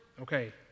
okay